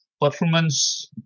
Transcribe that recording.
performance